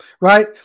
right